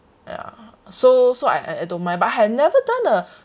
ya so so I I don't mind but I had never done a